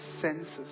senses